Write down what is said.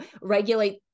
regulate